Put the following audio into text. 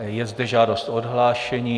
Je zde žádost o odhlášení.